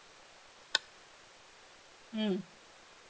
mm